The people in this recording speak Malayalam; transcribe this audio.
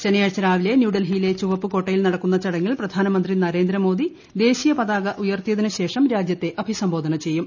ശനിയാഴ്ച പരിപാടികൾ രാവിലെ ന്യൂഡൽഹിയിലെ ചുവപ്പുകോട്ടയിൽ നടക്കുന്ന ചടങ്ങിൽ പ്രധാനമന്ത്രി നരേന്ദ്രമോദി ദേശീയപതാക ഉയർത്തിയതിനു ശേഷം രാജ്യത്തെ അഭിസംബോധന ചെയ്യും